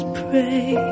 pray